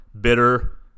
bitter